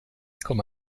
comme